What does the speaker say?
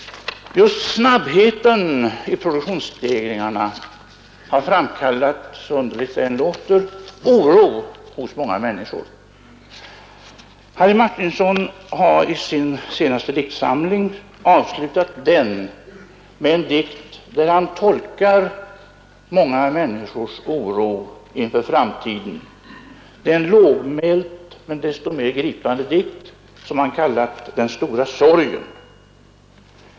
Just snabbheten i produktionsstegringarna har, hur underligt det än låter, framkallat oro hos många människor. Harry Martinson har avslutat sin senaste diktsamling med en dikt där han tolkar många människors oro inför framtiden. Det är en lågmäld men desto mer gripande dikt som han kallar ”Den stora sorgen”.